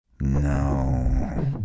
no